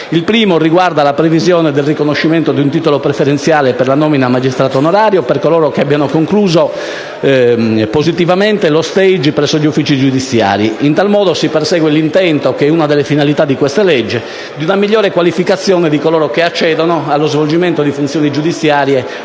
Il primo riguarda la previsione del riconoscimento di un titolo preferenziale per la nomina a magistrato onorario, per coloro che abbiano concluso positivamente lo *stage* presso gli uffici giudiziari. In tal modo si persegue l'intento, che è una delle finalità di questa legge, di una migliore qualificazione di coloro che accedono allo svolgimento di funzioni giudiziarie